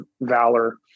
Valor